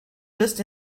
just